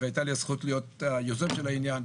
והייתה לי הזכות להיות היוזם של העניין,